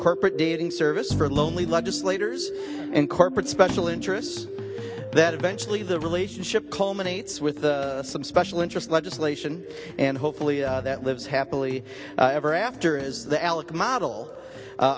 corporate dating service for lonely legislators and corporate special interests that eventually the relationship culminates with some special interest legislation and hopefully that lives happily ever after is the alec model u